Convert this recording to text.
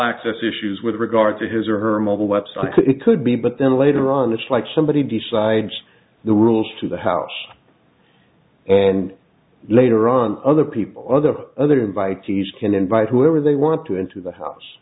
access issues with regard to his or her mobile web site it could be but then later on this like somebody decides the rules to the house and later on other people other other invitees can invite whoever they want to into the house